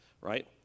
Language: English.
right